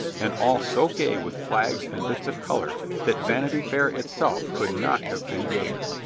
and all so gay with flags and bits of color that vanity fair itself could not have been gayer.